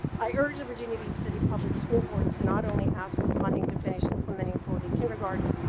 i urge virginia beach city public school board to not only ask for funding to finish implementing full day kindergarten,